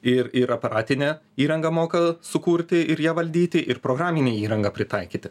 ir ir aparatinę įrangą moka sukurti ir ją valdyti ir programinę įrangą pritaikyti